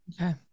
Okay